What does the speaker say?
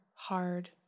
hard